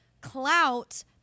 clout